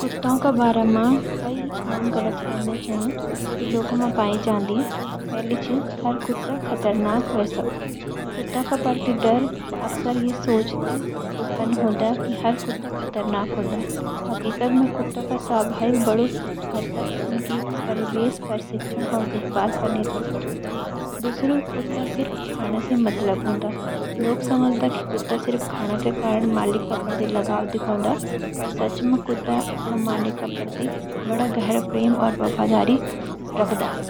कुत्त्यां का बारे मं भी कइ आम गलतफ़हमियाँ च, जो लोकां मं पाई जांदी: हर कुत्ता खतरनाक हो सकदा - कुत्त्यां का प्रति डर अकसर यि सोच सै उत्पन्न होदा कि हर कुत्ता खतरनाक हुंदा। हकीकत मं, कुत्त्यां का स्वभाव बड्ड हद तक उनकी परवरिश, प्रशिक्षण और देखभाल पर निर्भर करदा। कुत्त्यां का सिर्फ खाना सै मतलब हुंदा - लोग समझदा कि कुत्ता सिर्फ खाना के कारण मालिक का प्रति लगाव दिखौंदा, पर सच मं कुत्ता अपन मालिक का प्रति बड्ड गहर प्रेम और बफादारी रखदा।